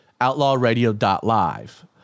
outlawradio.live